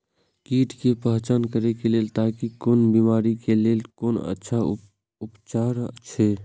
कीट के पहचान करे के लेल ताकि कोन बिमारी के लेल कोन अच्छा उपचार अछि?